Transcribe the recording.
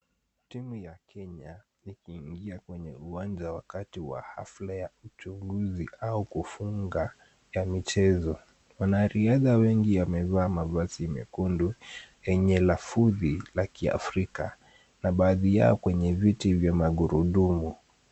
Timu ya Kenya ikiingia kwenye uwanja wakati wa hafla ya uchunguzi au kufunga ya michezo. Wanariadha wengi wamevaa mavazi mekundu yenye lafudhi la kiafrika na baadhi yao kwenye viti vya magurudumu.